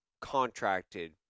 contracted